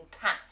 past